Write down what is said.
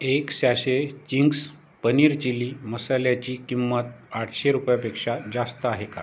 एक sachet Ching's paneer chilli मसाल्याची किंमत आठशे रुपयापेक्षा जास्त आहे का